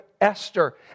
Esther